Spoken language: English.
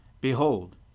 Behold